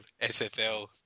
SFL